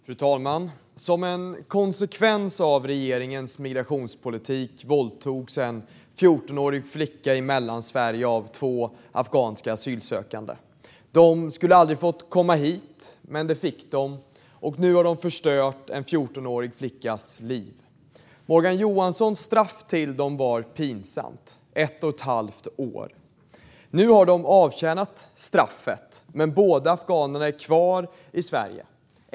Fru talman! Som en konsekvens av regeringens migrationspolitik våldtogs en 14-årig flicka i Mellansverige av två afghanska asylsökande. De skulle aldrig ha fått komma hit, men det fick de. Nu har de förstört en 14årig flickas liv. Morgan Johanssons straff till dem var pinsamt: ett och ett halvt år. Nu har de avtjänat straffet, men båda afghanerna är kvar i Sverige.